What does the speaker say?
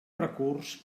recurs